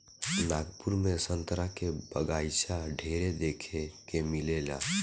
नागपुर में संतरा के बगाइचा ढेरे देखे के मिलेला